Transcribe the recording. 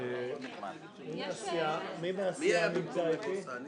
אין ההסתייגות (6) של סיעת המחנה הציוני לסעיף 1